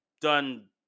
done